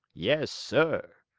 yes, sir,